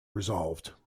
resolved